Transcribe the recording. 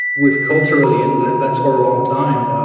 we've culturally and that's for a longtime,